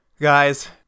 guys